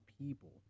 people